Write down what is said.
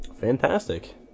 Fantastic